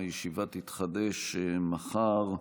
הישיבה תתחדש מחר,